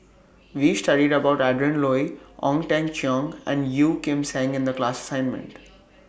We studied about Adrin Loi Ong Teng Cheong and Yeo Kim Seng in The class assignment